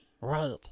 Right